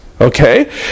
okay